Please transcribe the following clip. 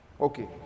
Okay